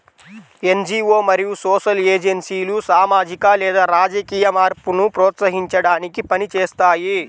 NGO మరియు social ఏజెన్సీలు సామాజిక లేదా రాజకీయ మార్పును ప్రోత్సహించడానికి పని చేస్తాయి